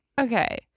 okay